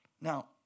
Now